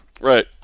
Right